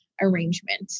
arrangement